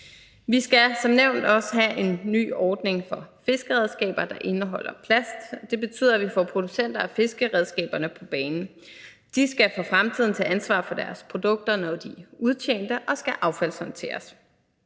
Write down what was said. Vi skal som nævnt også have en ny ordning for fiskeredskaber, der indeholder plast, og det betyder, at vi får producenter af fiskeredskaber på banen. De skal for fremtiden tage ansvar for deres produkter, når de er udtjente og skal affaldshåndteres.